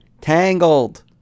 Tangled